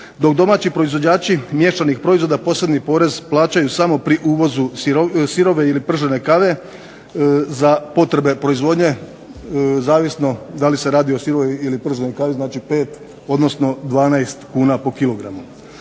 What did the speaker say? dok domaći proizvođači miješanih proizvoda posebni porez plaćaju samo pri uvozu sirove ili pržene kave za potrebe proizvodnje, zavisno da li se radi o prženoj ili sirovoj kavi znači 5 odnosno 12 kn po kilogramu.